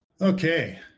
Okay